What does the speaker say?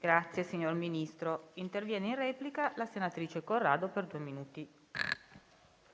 PRESIDENTE. Ha facoltà di intervenire in replica la senatrice Corrado, per due minuti.